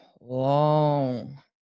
long